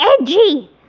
edgy